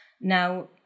Now